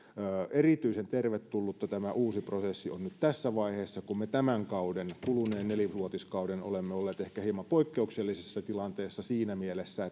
erityisen tervetullut tämä uusi prosessi on nyt tässä vaiheessa kun me tämän kauden kuluneen nelivuotiskauden olemme olleet ehkä hieman poikkeuksellisessa tilanteessa siinä mielessä